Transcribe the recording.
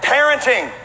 Parenting